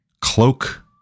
cloak